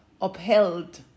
upheld